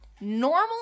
normal